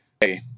hey